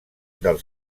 del